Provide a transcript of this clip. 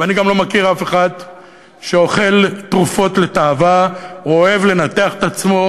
ואני גם לא מכיר אף אחד שאוכל תרופות לתאווה או אוהב לנתח את עצמו,